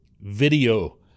video